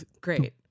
Great